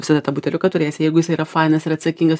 visada tą buteliuką turėsi jeigu jisai yra fainas ir atsakingas